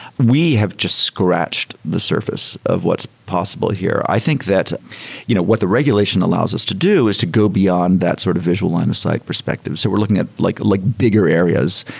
we have just scratched the surface of what's possible here. i think that you know what the regulation allows us to do is to go beyond that sort of visual line of sight perspective. so we're looking at like like bigger areas.